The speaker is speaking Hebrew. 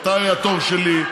מתי יהיה התור שלי,